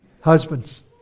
Husbands